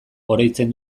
oroitzen